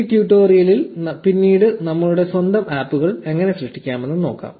ഈ ട്യൂട്ടോറിയലിൽ പിന്നീട് നമ്മളുടെ സ്വന്തം ആപ്പുകൾ എങ്ങനെ സൃഷ്ടിക്കാമെന്ന് നോക്കാം